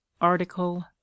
article